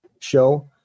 show